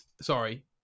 sorry